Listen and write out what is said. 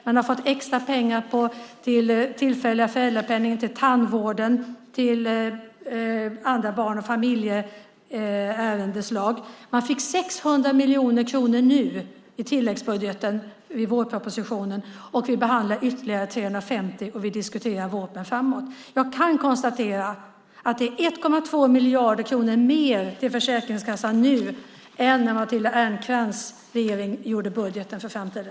Man har fått extra pengar till den tillfälliga föräldrapenningen, till tandvården och till andra barn och familjeärendeslag. Man fick 600 miljoner kronor nu i tilläggsbudgeten i vårpropositionen, vi behandlar ytterligare 350 och vi diskuterar framåt. Jag kan konstatera att det 1,2 miljarder kronor mer till Försäkringskassan nu än när Matilda Ernkrans regering gjorde budgeten för framtiden.